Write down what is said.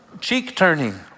Cheek-turning